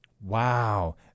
Wow